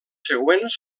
següents